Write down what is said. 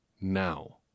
now